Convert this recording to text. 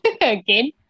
again